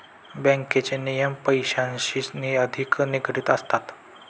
बँकेचे नियम पैशांशी अधिक निगडित असतात